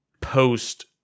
Post